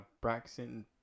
Braxton